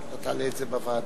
אולי תעלה את זה בוועדה.